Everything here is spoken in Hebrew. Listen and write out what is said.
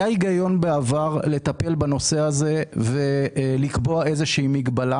היה היגיון בעבר לטפל בנושא הזה ולקבוע איזושהי מגבלה.